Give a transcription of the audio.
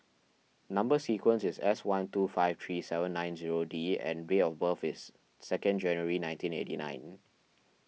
Number Sequence is S one two five three seven nine zero D and date of birth is second January nineteen eighty nine